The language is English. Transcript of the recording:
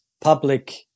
public